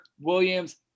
Williams